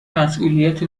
مسئولیت